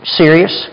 serious